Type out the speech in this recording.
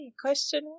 Question